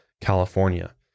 California